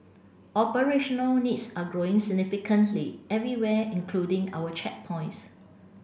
operational needs are growing significantly everywhere including our checkpoints